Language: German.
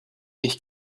ich